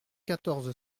quatorze